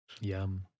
yum